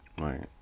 Right